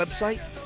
website